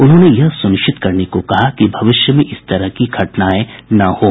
उन्होंने यह सुनिश्चित करने को कहा कि भविष्य में इस तरह की घटनाएं न हों